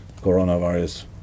coronavirus